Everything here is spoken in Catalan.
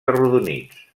arrodonits